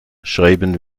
schreiben